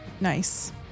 Nice